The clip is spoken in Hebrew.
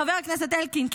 חבר הכנסת אלקין,